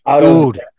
Dude